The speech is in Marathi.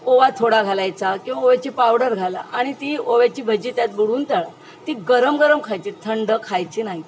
ओवा थोडा घालायचा किंवा ओव्याची पावडर घाला आणि ती ओव्याची भजी त्यात बुडवून तळा ती गरम गरम खायची थंड खायची नाही